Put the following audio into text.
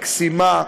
מקסימה,